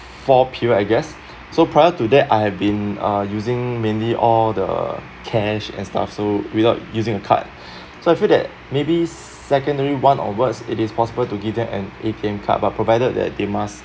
four period I guess so prior to that I have been uh using mainly all the cash and stuff so without using a card so I feel that maybe secondary one on wards it is possible to give them an A_T_M card but provided that they must